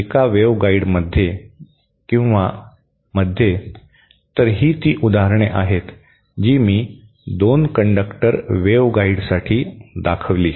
एका वेव्हगाइडमध्ये किंवा मध्ये तर ही ती उदाहरणे आहेत जी मी 2 कंडक्टर वेव्हगाइडसाठी दाखविली